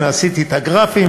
עשיתי את הגרפים,